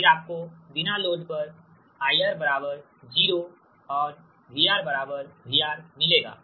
फिर आपको बिना लोड पर IR 0 और VR VR मिलेगा